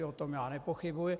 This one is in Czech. O tom já nepochybuji.